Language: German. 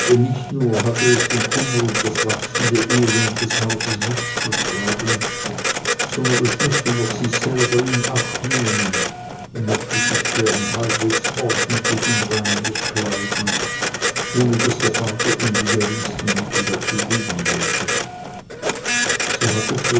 nicht nur hatte es den kummer und das wachsende elend des hauses mitzutragen sondern es mußte noch sich selber in acht nehmen und mochte sich gern halbwegs ordentlich und reinlich kleiden ohne daß der vater ihm die geringsten mittel dazu geben wollte so hatte